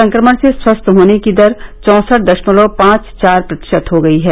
संक्रमण से स्वस्थ होने की दर चौंसठ दशमलव पांच चार प्रतिशत हो गई है